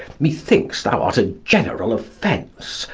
methink'st thou art a general offence,